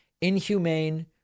inhumane